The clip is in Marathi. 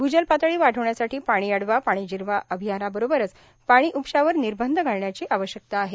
भूजलपातळी वाढवण्यासाठी पाणी आडवा पाणी जिरवा अभियानाबरोबरच पाणी उपशावर निर्बंध घालण्याची आवश्यकता आहे